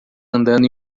andando